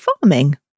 farming